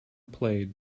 played